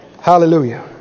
Hallelujah